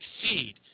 succeed